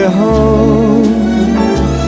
home